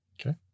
Okay